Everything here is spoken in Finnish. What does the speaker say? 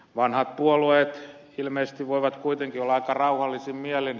vanhat puolueet ilmeisesti voivat kuitenkin olla aika rauhallisin mielin